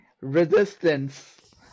resistance